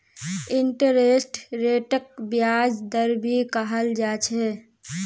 interest रेटक ब्याज दर भी कहाल जा छे